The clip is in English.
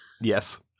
Yes